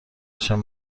قشنگ